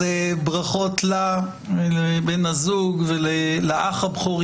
ברכות לה ולבן הזוג ולאח הבכור,